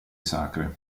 sacre